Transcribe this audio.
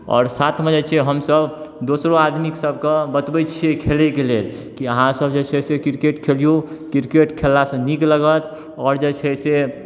आओर साथमे जे छियै हमसब दोसरो आदमी सब कऽ बतबैत छियै खेलैके लेल कि अहाँसब जे छै से क्रिकेट खेलियौ क्रिकेट खेललासँ नीक लगत आओर जे छै से